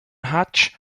hatch